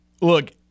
Look